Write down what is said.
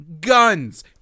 guns